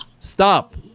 Stop